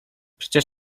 przecież